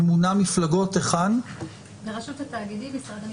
ממונה מפלגות ברשות התאגידים, משרד המשפטים.